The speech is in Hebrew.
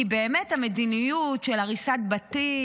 כי באמת המדיניות של הריסת בתים,